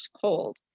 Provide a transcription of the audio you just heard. cold